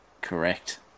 correct